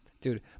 dude